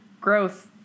growth